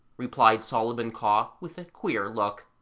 replied solomon caw with a queer look.